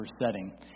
setting